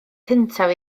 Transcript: cyntaf